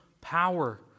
power